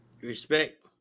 respect